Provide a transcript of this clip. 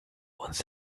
uns